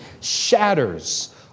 shatters